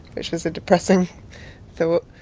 which was a depressing thought.